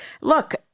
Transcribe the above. look